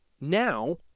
now